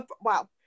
Wow